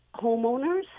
homeowners